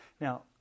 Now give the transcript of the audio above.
Now